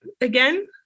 again